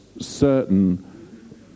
certain